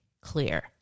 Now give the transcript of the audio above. clear